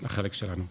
החלק שלנו.